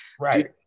Right